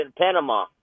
Panama